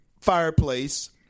fireplace